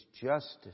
justice